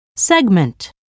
Segment